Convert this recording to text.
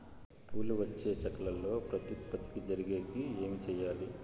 పూలు వచ్చే చెట్లల్లో ప్రత్యుత్పత్తి జరిగేకి ఏమి చేయాలి?